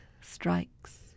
strikes